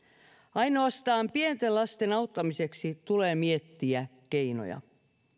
ainoastaan pienten lasten auttamiseksi tulee miettiä keinoja